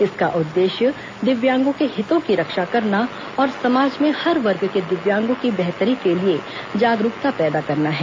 इसका उद्देश्य दिव्यांगों के हितों की रक्षा करना और समाज में हर वर्ग के दिव्यांगों की बेहतरी के लिए जागरूकता पैदा करना है